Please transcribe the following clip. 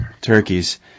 turkeys